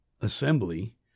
assembly